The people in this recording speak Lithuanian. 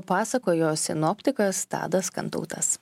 pasakojo sinoptikas tadas kantautas